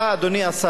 אדוני השר,